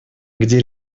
где